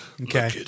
Okay